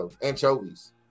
Anchovies